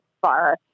far